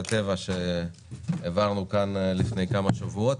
הטבע שהעברנו כאן לפני כמה שבועות.